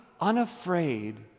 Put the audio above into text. unafraid